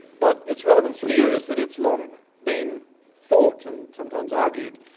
but its relevance here is that it's long been thought, and sometimes argued,